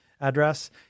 address